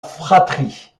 fratrie